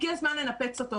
הגיע הזמן לנפץ אותו,